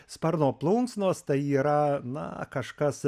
sparno plunksnos tai yra na kažkas